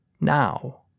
now